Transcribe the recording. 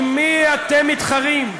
עם מי אתם מתחרים?